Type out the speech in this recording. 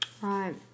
Right